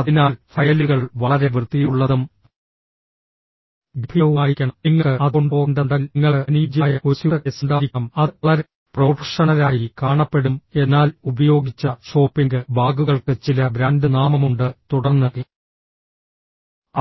അതിനാൽ ഫയലുകൾ വളരെ വൃത്തിയുള്ളതും ഗംഭീരവുമായിരിക്കണം നിങ്ങൾക്ക് അത് കൊണ്ടുപോകേണ്ടതുണ്ടെങ്കിൽ നിങ്ങൾക്ക് അനുയോജ്യമായ ഒരു സ്യൂട്ട് കേസ് ഉണ്ടായിരിക്കണം അത് വളരെ പ്രൊഫഷണലായി കാണപ്പെടും എന്നാൽ ഉപയോഗിച്ച ഷോപ്പിംഗ് ബാഗുകൾക്ക് ചില ബ്രാൻഡ് നാമമുണ്ട് തുടർന്ന്